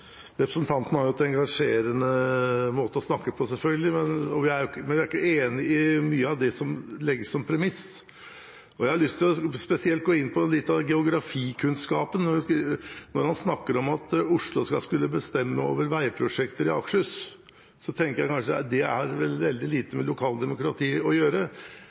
representanten Heikki Eidsvoll Holmås tatt opp de forslagene han refererte til. Det blir replikkordskifte. Representanten har en engasjerende måte å snakke på, selvfølgelig, men vi er ikke enig i mye av det som legges som premiss. Jeg har lyst til spesielt å gå litt inn på geografikunnskapen – når han snakker om at Oslo skal kunne bestemme over veiprosjekter i Akershus, tenker jeg at det har vel veldig lite med lokaldemokrati å gjøre.